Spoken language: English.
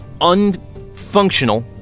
unfunctional